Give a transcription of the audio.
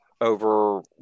over